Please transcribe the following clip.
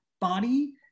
body